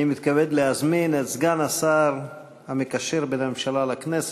אני מתכבד להזמין את סגן השר המקשר בין הממשלה לכנסת,